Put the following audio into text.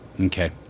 Okay